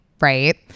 right